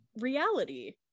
reality